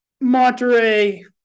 Monterey